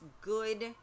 good